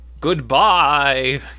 Goodbye